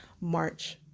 March